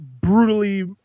brutally